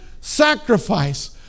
sacrifice